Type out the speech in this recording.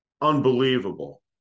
unbelievable